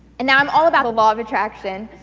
and now i'm all about the law of attraction,